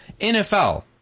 NFL